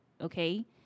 Okay